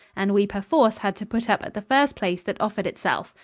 and we perforce had to put up at the first place that offered itself.